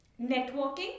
networking